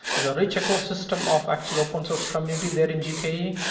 the rich ecosystem of, actually, open source community there in gke,